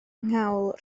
nghawl